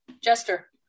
Jester